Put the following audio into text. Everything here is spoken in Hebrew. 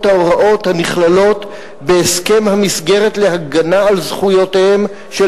ההוראות הנכללות בהסכם המסגרת להגנה על זכויותיהם של